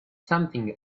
something